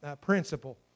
principle